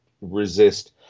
resist